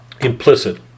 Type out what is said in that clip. implicit